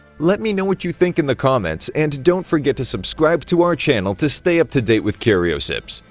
let me know what you think in the comments and don't forget to subscribe to our channel to stay up to date with curiosips!